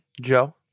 Joe